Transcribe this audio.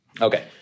Okay